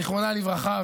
זיכרונה לברכה.